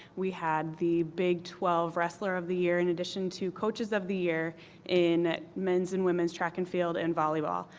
we had the big twelve wrestler of the year in addition to coaches of the year and men's and women's track and field and volleyball.